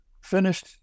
finished